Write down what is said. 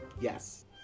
Yes